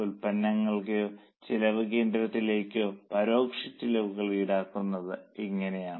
ഉൽപ്പന്നങ്ങളിലേക്കോ ചെലവ് കേന്ദ്രങ്ങളിലേക്കോ പരോക്ഷ ചെലവുകൾ ഈടാക്കുന്നത് ഇങ്ങനെയാണ്